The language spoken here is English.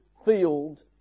Field